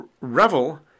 revel